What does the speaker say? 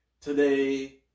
today